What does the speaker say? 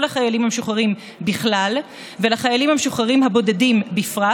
החיילים המשוחררים בכלל ולחיילים משוחררים הבודדים בפרט